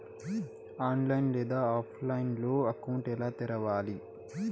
online లేదా ఆఫ్లైన్లో account ఎలా తెరవాలి